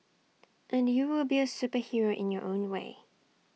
and you will be A superhero in your own way